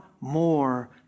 more